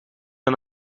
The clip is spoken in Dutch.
aan